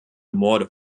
morde